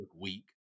weak